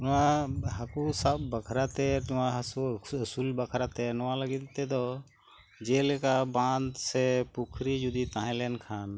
ᱱᱚᱣᱟ ᱦᱟᱹᱠᱩ ᱥᱟᱵ ᱵᱟᱠᱷᱨᱟᱛᱮ ᱱᱚᱣᱟ ᱦᱟᱹᱠᱩ ᱥᱮ ᱟᱹᱥᱩᱞ ᱵᱟᱠᱷᱨᱟᱛᱮ ᱱᱚᱣᱟ ᱞᱟᱹᱜᱤᱫ ᱛᱮᱫᱚ ᱡᱮᱞᱮᱠᱟ ᱵᱟᱸᱫ ᱥᱮ ᱯᱩᱠᱷᱨᱤ ᱡᱚᱫᱤ ᱛᱟᱦᱮᱸ ᱞᱮᱱᱠᱷᱟᱱ